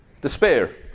despair